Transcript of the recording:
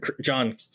John